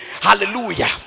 Hallelujah